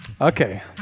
Okay